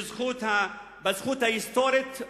בזכות ההיסטורית,